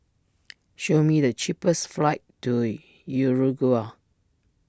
show me the cheapest flights to Uruguay